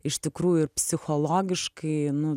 iš tikrųjų ir psichologiškai nu